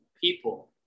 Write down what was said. people